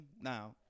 now